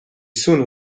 soon